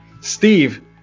Steve